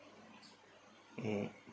mm